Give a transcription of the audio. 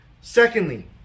Secondly